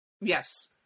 yes